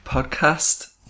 Podcast